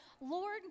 Lord